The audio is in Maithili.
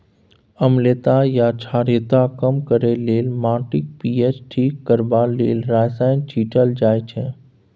अम्लीयता या क्षारीयता कम करय लेल, माटिक पी.एच ठीक करबा लेल रसायन छीटल जाइ छै